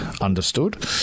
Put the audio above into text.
understood